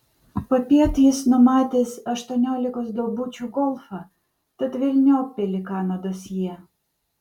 popiet jis numatęs aštuoniolikos duobučių golfą tad velniop pelikano dosjė